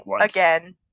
again